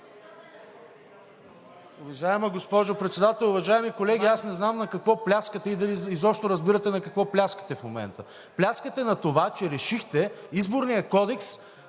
Уважаема госпожо Председател, уважаеми колеги! Аз не знам на какво пляскате и дали изобщо разбирате на какво пляскате в момента?! Пляскате на това, че решихте за Изборния кодекс